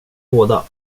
båda